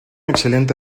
excelente